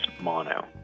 mono